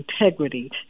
integrity